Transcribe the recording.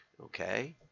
Okay